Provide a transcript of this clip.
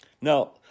Now